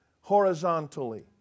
horizontally